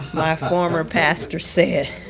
my former pastor said.